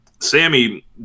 Sammy